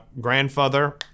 grandfather